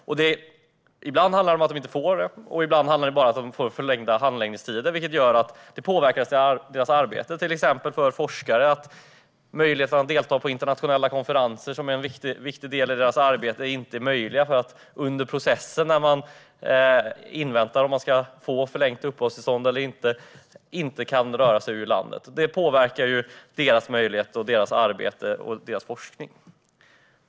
Ibland handlar det om att personerna inte får uppehållstillstånd. Ibland handlar det bara om förlängda handläggningstider. Det påverkar deras arbete. För forskare blir det till exempel inte möjligt att delta i internationella konferenser, som är en viktig del i deras arbete, eftersom de inte kan lämna landet under tiden de väntar på besked om de ska få förlängt uppehållstillstånd eller inte. Det påverkar deras möjligheter, deras arbete och deras forskning.